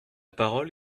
parole